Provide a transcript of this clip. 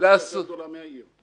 --- האוניברסיטה יותר גדולה מהעיר.